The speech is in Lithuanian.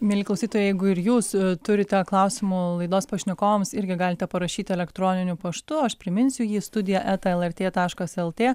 mieli klausytojai jeigu ir jūs turite klausimų laidos pašnekovams irgi galite parašyti elektroniniu paštu aš priminsiu jį studija eta lrt taškas lt